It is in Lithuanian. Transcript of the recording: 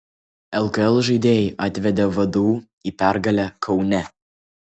lkl žaidėjai atvedė vdu į pergalę kaune